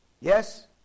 Yes